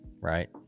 right